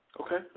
Okay